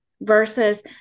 Versus